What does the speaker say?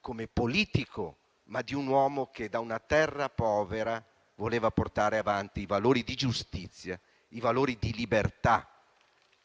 come politico; l'esempio di un uomo che da una terra povera voleva portare avanti i valori di giustizia e di libertà,